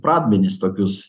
pradmenis tokius